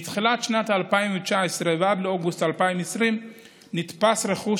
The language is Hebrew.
מתחילת 2019 ועד לאוגוסט 2020 נתפס רכוש